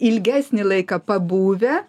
ilgesnį laiką pabuvę